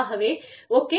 ஆகவே ஓகே